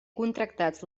contractats